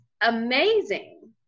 amazing